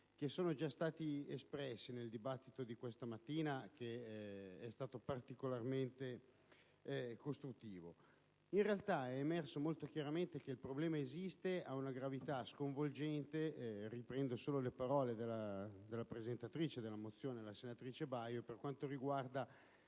concetti già espressi nel dibattito di questa mattina, che è stato particolarmente costruttivo. In realtà, è emerso molto chiaramente che il problema esiste e ha una gravità sconvolgente. Rinvio alle parole della presentatrice della mozione, la senatrice Baio, per quanto riguarda